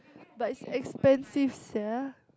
but it's expensive sia